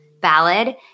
ballad